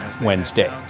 Wednesday